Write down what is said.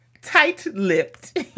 tight-lipped